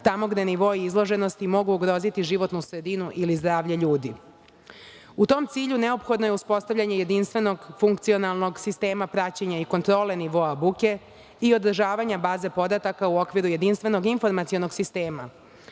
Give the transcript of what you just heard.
tamo gde nivoi izloženosti mogu ugroziti životnu sredinu ili zdravlje ljudi.U tom cilju, neophodno je uspostavljanje jedinstvenog, funkcionalnog sistema praćenja i kontrole nivoa buke i održavanja baze podataka u okviru jedinstvenog informacionog sistema,